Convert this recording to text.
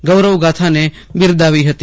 ગૌરવ ગાથાને બોરદાવી હતી